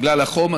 בגלל החום,